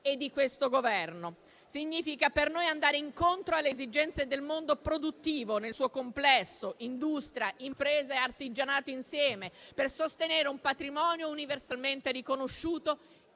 e di questo Governo. Per noi significa andare incontro alle esigenze del mondo produttivo nel suo complesso, industria, impresa e artigianato insieme, per sostenere un patrimonio universalmente riconosciuto